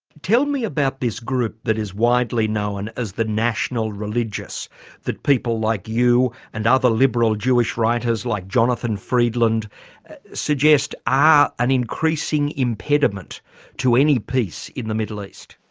tell me about this group that is widely known as the national religious that people like you and other liberal jewish writers like jonathan freedland suggest are an increasing impediment to any peace in the middle east.